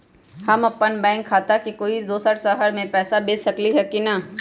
हम अपन बैंक खाता से कोई दोसर शहर में पैसा भेज सकली ह की न?